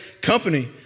company